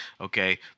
Okay